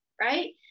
right